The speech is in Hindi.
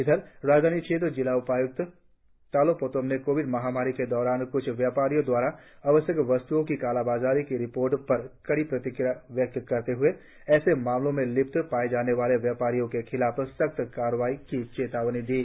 इधर राजधानी क्षेत्र जिला उपायुक्त तालो पोतम ने कोविड महामारी के दौरान कुछ व्यापारियों दवारा आवश्यक वस्त्ओं की कालाबाजारी की रिपोर्ट पर कड़ी प्रतिक्रिया व्यक्त करते हुए ऐसे मामलों में लिप्त पाए जाने पर व्यापारियों के खिलाफ सख्त कार्रवाई की चेतावनी दी है